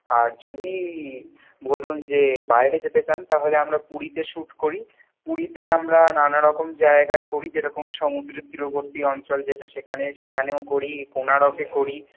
আর যদি বলুন যে বাইরে যেতে চান তাহলে আমরা পুরীতে শুট করি পুরীতে আমরা নানারকম জায়গায় করি যেরকম সমুদ্র তীরবর্তী অঞ্চল যেটা সেখানে সেখানেও করি কোণার্কে করি